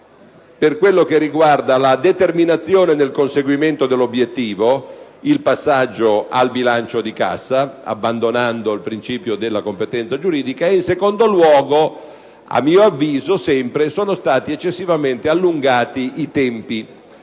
con riferimento alla determinazione del conseguimento dell'obiettivo, cioè il passaggio al bilancio di cassa abbandonando il principio della competenza giuridica. In secondo luogo, sempre a mio avviso, sono stati eccessivamente allungati i tempi